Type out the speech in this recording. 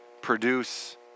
produce